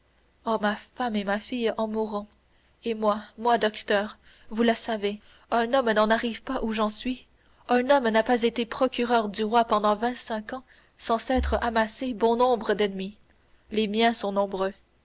oh ma femme et ma fille en mourront et moi moi docteur vous le savez un homme n'en arrive pas où j'en suis un homme n'a pas été procureur du roi pendant vingt-cinq ans sans s'être amassé bon nombre d'ennemis les miens sont nombreux